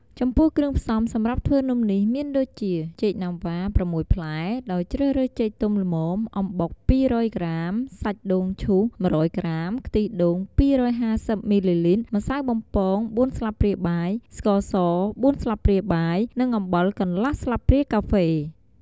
ចំពោះគ្រឿងផ្សំសម្រាប់ធ្វើនំនេះមានដូចជា ចេកណាំវ៉ា ៦ ផ្លែ ដោយជ្រើសរើសចេកទុំល្មម,អំបុក ២០០ ក្រាម,សាច់ដូងឈូស ១០០ ក្រាម,ខ្ទិះដូង ២៥០ មីលីលីត្រ, ម្សៅបំពង ៤ ស្លាបព្រាបាយ, ស្ករស ៤ ស្លាបព្រាបាយ, និងអំបិលកន្លះស្លាបព្រាកាហ្វេ ។